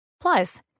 Plus